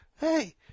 Hey